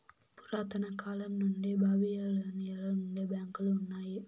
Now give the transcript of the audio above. పురాతన కాలం నుండి బాబిలోనియలో నుండే బ్యాంకులు ఉన్నాయి